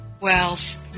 wealth